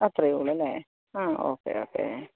ആത്രേയുള്ളൂ അല്ലേ ആ okay okay